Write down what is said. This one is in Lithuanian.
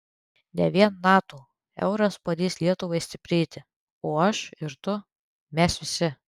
ne vien nato euras padės lietuvai stiprėti o aš ir tu mes visi